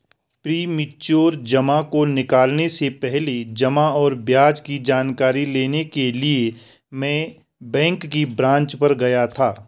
premature जमा को निकलने से पहले जमा और ब्याज की जानकारी लेने के लिए मैं बैंक की ब्रांच पर गया था